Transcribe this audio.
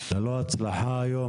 ללא הצלחה היום,